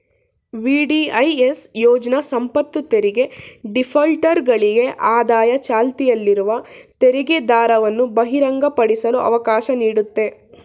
VDIS ಯೋಜ್ನ ಸಂಪತ್ತುತೆರಿಗೆ ಡಿಫಾಲ್ಟರ್ಗಳಿಗೆ ಆದಾಯ ಚಾಲ್ತಿಯಲ್ಲಿರುವ ತೆರಿಗೆದರವನ್ನು ಬಹಿರಂಗಪಡಿಸಲು ಅವಕಾಶ ನೀಡುತ್ತೆ